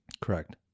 correct